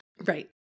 Right